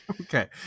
okay